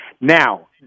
Now